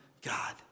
God